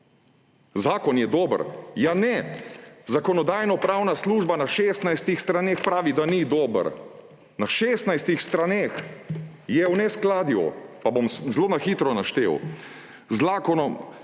»Zakon je dober.« Ni! Zakonodajno-pravna služba na 16 straneh pravi, da ni dober! Na 16 straneh. Je v neskladju, pa bom zelo na hitro naštel, z Zakonom